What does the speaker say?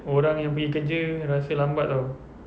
orang yang pergi kerja rasa lambat tahu